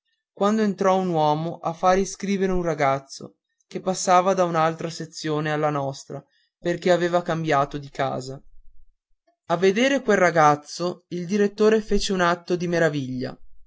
quando entrò un uomo a fare iscrivere un ragazzo che passava da un'altra sezione alla nostra perché aveva cambiato di casa a veder quel ragazzo il direttore fece un atto di meraviglia